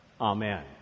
Amen